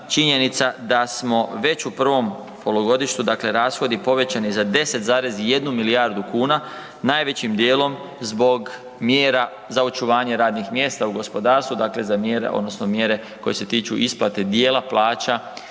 činjenica da smo već u prvom polugodištu dakle rashodi povećani za 10,1 milijardu kuna, najvećim dijelom zbog mjera za očuvanje radnih mjesta u gospodarstvu, dakle za mjere koje se tiču isplate dijela plaća